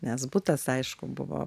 nes butas aišku buvo